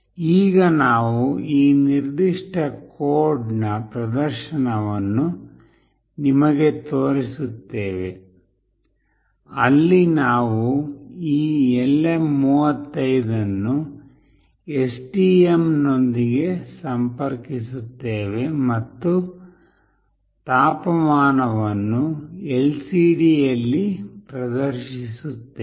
ಈಗ ನಾವು ಈ ನಿರ್ದಿಷ್ಟ ಕೋಡ್ನ ಪ್ರದರ್ಶನವನ್ನು ನಿಮಗೆ ತೋರಿಸುತ್ತೇವೆ ಅಲ್ಲಿ ನಾವು ಈ LM35 ಅನ್ನು STM ನೊಂದಿಗೆ ಸಂಪರ್ಕಿಸುತ್ತೇವೆ ಮತ್ತು ತಾಪಮಾನವನ್ನು LCD ಯಲ್ಲಿ ಪ್ರದರ್ಶಿಸುತ್ತೇವೆ